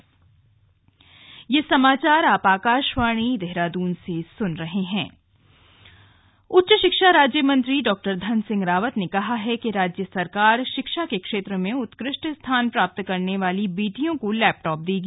राष्ट्रीय बालिका दिवस उच्च शिक्षा राज्य मंत्री डॉ धन सिंह रावत ने कहा है कि राज्य सरकार शिक्षा के क्षेत्र में उत्कृष्ट स्थान प्राप्त करने वाली बेटियों को लैपटॉप देगी